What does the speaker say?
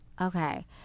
Okay